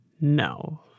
No